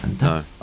No